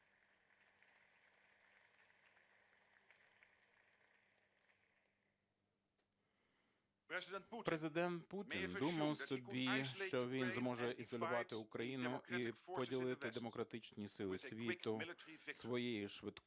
Президент Путін думав собі, що він зможе ізолювати Україну і поділити демократичні сили світу своєю швидкою